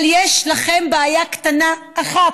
אבל יש לכם בעיה קטנה אחת,